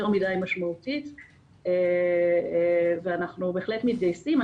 מדי משמעותית ואנחנו באמת מתגייסים.